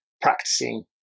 practicing